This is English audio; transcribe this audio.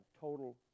total